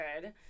good